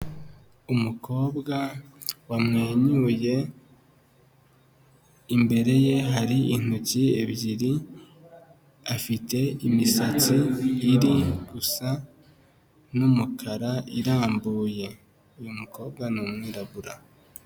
Umukobwa wamwenyuye, imbere ye hari intoki ebyiri, afite imisatsi iri gusa n'umukara irambuye, uyu mukobwa ni umwirabura.